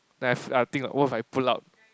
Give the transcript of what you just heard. that's I think what if I pull out